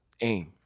aim